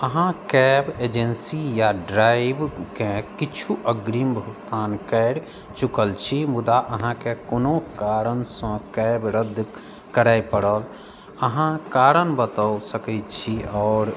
अहाँ cab agency या ड्राइवके किछु अग्रिम भुगतान करि चुकल छी मुदा अहाँके कोनो कारणसँ कैब रद्द करय पड़ल अहाँ कारण बताओ सकै छी आओर